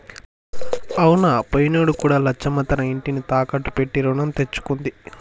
అవునా పోయినేడు కూడా లచ్చమ్మ తన ఇంటిని తాకట్టు పెట్టి రుణం తెచ్చుకుంది